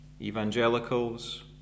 evangelicals